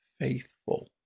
faithful